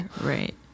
right